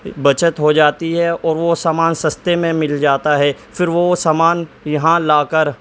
بچت ہو جاتی ہے اور وہ سامان سستے میں مل جاتا ہے پھر وہ سامان یہاں لا کر